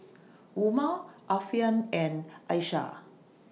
Umar Alfian and Aisyah